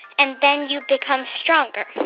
and then you become stronger.